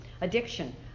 Addiction